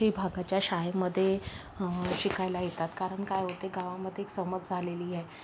शहरी भागाच्या शाळेमध्ये शिकायला येतात कारण काय होतं आहे गावामध्ये एक समज आलेली आहे